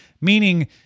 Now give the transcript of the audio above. Meaning